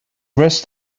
rest